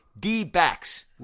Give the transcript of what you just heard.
D-backs